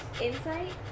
Insight